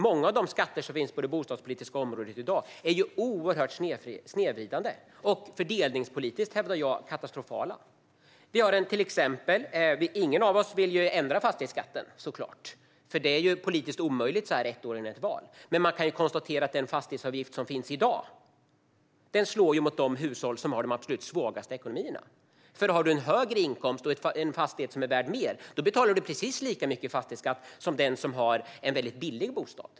Många av dagens skatter på det bostadspolitiska området är oerhört snedvridande och fördelningspolitiskt katastrofala, hävdar jag. Ingen av oss vill såklart ändra fastighetsskatten; det är ju politiskt omöjligt så här ett år före valet. Men man kan konstatera att dagens fastighetsavgift slår mot de hushåll som har den absolut svagaste ekonomin. Har du en högre inkomst och en fastighet som är värd mer, då betalar du precis lika mycket i fastighetsskatt som den som har en väldigt billig bostad.